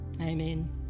Amen